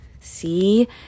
See